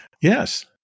Yes